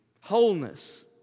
Wholeness